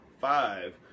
five